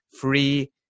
free